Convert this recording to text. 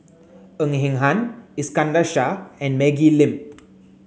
Ng Eng Hen Iskandar Shah and Maggie Lim